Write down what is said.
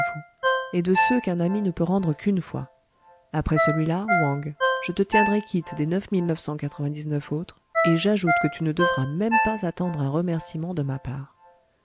est de ceux qu'un ami ne peut rendre qu'une fois après celui-là wang je te tiendrai quitte des neuf mille neuf cent quatre-vingt-dix-neuf autres et j'ajoute que tu ne devras même pas attendre un remerciement de ma part